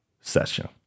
session